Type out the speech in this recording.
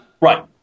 Right